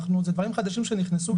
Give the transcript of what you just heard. אלו דברים חדשים שנכנסו,